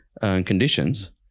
conditions